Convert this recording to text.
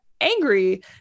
angry